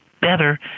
better